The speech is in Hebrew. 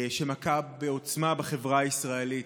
שמכה בעוצמה בחברה הישראלית.